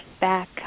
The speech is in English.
back